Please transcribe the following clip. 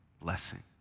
blessing